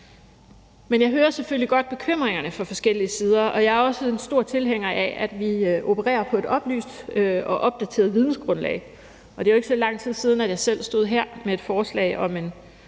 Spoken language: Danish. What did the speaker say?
Men jeg hører selvfølgelig godt bekymringerne fra forskellige sider, og jeg er også en stor tilhænger af, at vi opererer på et oplyst og opdateret vidensgrundlag. Og det er jo ikke så lang tid siden, jeg selv stod her med et forslag om en